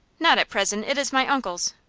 not at present. it is my uncle's.